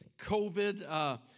COVID